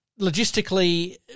logistically